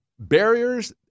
barriers